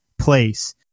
place